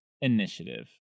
initiative